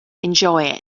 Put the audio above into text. enjoy